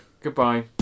goodbye